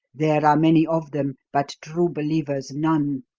there are many of them, but true believers none.